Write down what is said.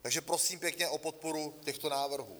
Takže prosím pěkně o podporu těchto návrhů.